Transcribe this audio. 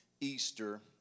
Easter